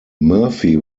murphy